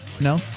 No